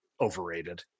overrated